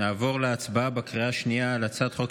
נעבור להצבעה בקריאה שנייה על הצעת חוק